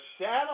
shadow